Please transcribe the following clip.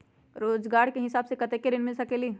रोजगार के हिसाब से कतेक ऋण मिल सकेलि?